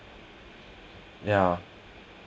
yeah